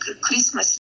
Christmas